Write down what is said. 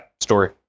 story